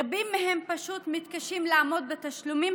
רבים מהם פשוט מתקשים לעמוד בתשלומים